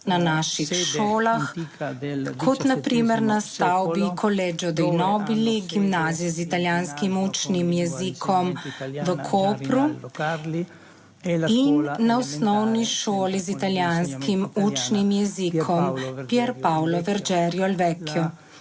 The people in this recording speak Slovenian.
na naših šolah, kot na primer na stavbi Coilegio dei Nobili, gimnazije z italijanskim učnim jezikom v Kopru, in na osnovni šoli z italijanskim učnim jezikom Pier Paolo Vergerio il Vecchio